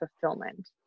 fulfillment